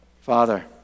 Father